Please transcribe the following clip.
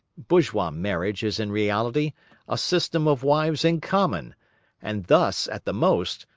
bourgeois marriage is in reality a system of wives in common and thus, at the most,